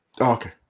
okay